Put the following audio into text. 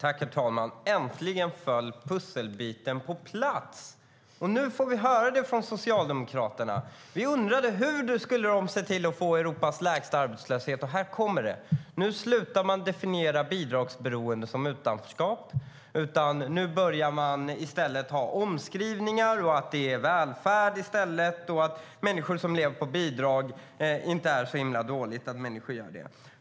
Herr talman! Äntligen föll pusselbiten på plats. Nu får vi höra från Socialdemokraterna det som vi undrade - hur de skulle se till att få Europas lägsta arbetslöshet. Här kom det: Nu slutar man definiera bidragsberoende som utanförskap. Man börjar med omskrivningar. Det handlar om välfärd i stället. Att människor lever på bidrag är inte så himla dåligt.